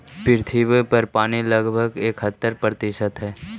पृथ्वी पर पानी लगभग इकहत्तर प्रतिशत हई